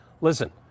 Listen